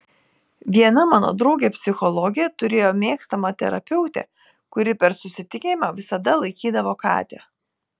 viena mano draugė psichologė turėjo mėgstamą terapeutę kuri per susitikimą visada laikydavo katę